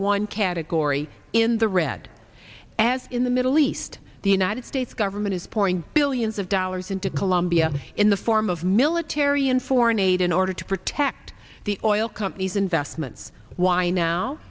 one category in the red as in the middle east the united states government is pouring billions of dollars into colombia in the form of military and foreign aid in order to protect the oil companies investments why now